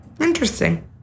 Interesting